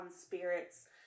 spirits